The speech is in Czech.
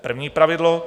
První pravidlo.